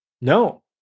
No